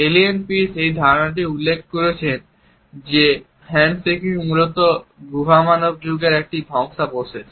alien Pease এই ধারণাটি উল্লেখ করেছেন যে হ্যান্ডশেকিং মূলত গুহামানব যুগের একটি ধ্বংসাবশেষ